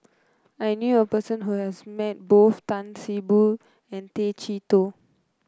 I knew a person who has met both Tan See Boo and Tay Chee Toh